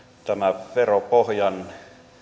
tämä veropohjan